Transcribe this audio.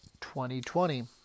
2020